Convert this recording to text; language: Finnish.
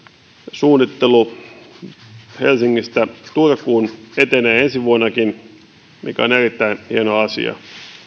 suunnittelu helsingistä turkuun etenee ensi vuonnakin mikä on erittäin hieno asia